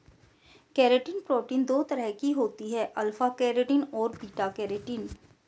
keratin protein दो तरह की होती है अल्फ़ा केरेटिन और बीटा केरेटिन